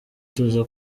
tuza